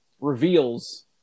reveals